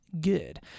good